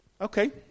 Okay